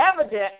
evident